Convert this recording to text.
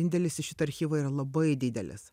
indėlis į šitą archyvą yra labai didelis